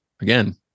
Again